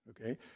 okay